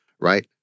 right